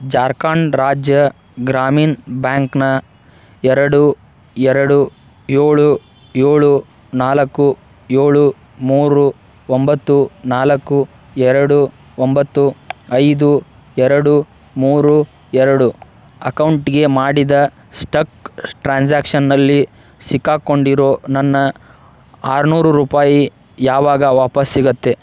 ಝಾರ್ಖಂಡ್ ರಾಜ್ಯ ಗ್ರಾಮೀನ್ ಬ್ಯಾಂಕ್ನ ಎರಡು ಎರಡು ಏಳು ಏಳು ನಾಲ್ಕು ಏಳು ಮೂರು ಒಂಬತ್ತು ನಾಲ್ಕು ಎರಡು ಒಂಬತ್ತು ಐದು ಎರಡು ಮೂರು ಎರಡು ಅಕೌಂಟ್ಗೆ ಮಾಡಿದ ಸ್ಟಕ್ ಟ್ರಾನ್ಸ್ಯಾಕ್ಷನಲ್ಲಿ ಸಿಕ್ಕಾಕೊಂಡಿರೋ ನನ್ನ ಆರ್ನೂರು ರೂಪಾಯಿ ಯಾವಾಗ ವಾಪಸ್ ಸಿಗುತ್ತೆ